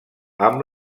amb